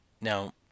Now